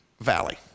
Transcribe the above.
valley